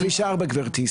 גברתי,